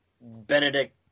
Benedict